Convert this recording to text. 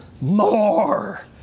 More